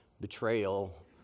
betrayal